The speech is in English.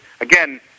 again